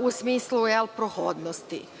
u smislu prohodnosti. To